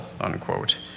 unquote